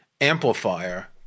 amplifier